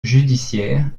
judiciaire